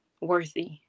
worthy